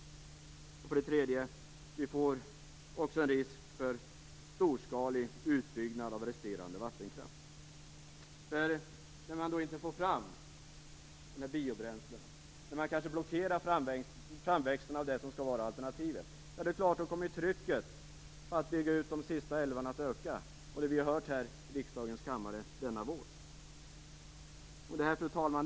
För det tredje får vi också en risk för storskalig utbyggnad av resterande vattenkraft. När man inte får fram biobränslen, och när man kanske blockerar framväxten av det som skall vara alternativet, då kommer naturligtvis trycket på att man skall bygga ut de sista älvarna att öka. Och det har vi ju hört här i riksdagens kammare denna vår. Fru talman!